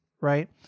right